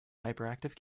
hyperactive